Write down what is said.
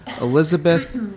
Elizabeth